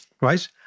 right